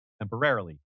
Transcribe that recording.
temporarily